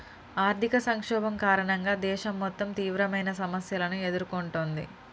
ఆర్థిక సంక్షోభం కారణంగా దేశం మొత్తం తీవ్రమైన సమస్యలను ఎదుర్కొంటుంది